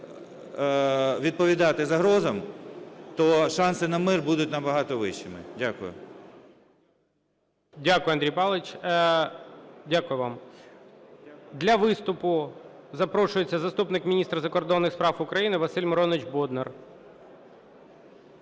відповідати загрозам, то шанси на мир будуть набагато вищими. Дякую. ГОЛОВУЮЧИЙ. Дякую, Андрій Павлович. Дякую вам. Для виступу запрошується заступник міністра закордонних справи України Василь Миронович Боднар.